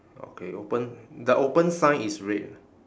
okay open the open sign is red